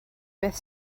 beth